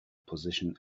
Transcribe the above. position